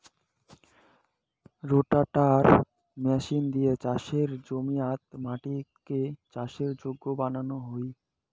রোটাটার machine দিয়া চাসের জমিয়াত মাটিকে চাষের যোগ্য বানানো হই